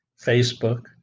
Facebook